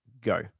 go